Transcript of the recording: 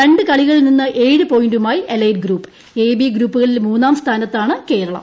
രണ്ടു കളികളിൽ നിന്ന് ഏഴ് പോയിന്റുമായി എലൈറ്റ് ഗ്രൂപ്പ് എ ബി ഗ്രൂപ്പുകളിൽ മൂന്നാം സ്ഥാനത്താണ് കേര്ളം